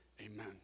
Amen